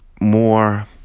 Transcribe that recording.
more